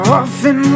often